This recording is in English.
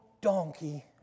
donkey